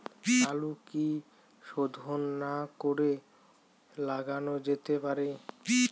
আলু কি শোধন না করে লাগানো যেতে পারে?